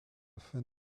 fin